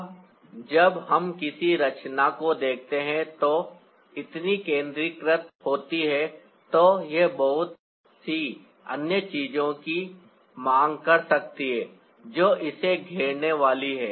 अब जब हम किसी रचना को देखते हैं जो इतनी केंद्रीकृत होती है तो यह बहुत सी अन्य चीजों की भी मांग कर सकती है जो इसे घेरने वाली हैं